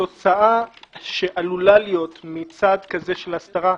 התוצאה שעלולה להיות מצעד כזה של הסתרה,